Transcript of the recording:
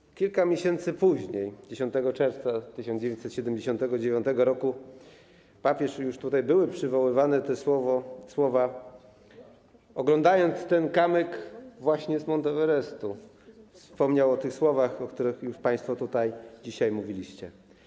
I kilka miesięcy później, 10 czerwca 1979 r. papież - już tutaj były przywoływane te słowa - oglądając ten kamyk właśnie z Mount Everest, wspomniał o tych słowach, o których już państwo tutaj dzisiaj mówiliście.